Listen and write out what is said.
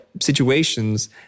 situations